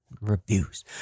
reviews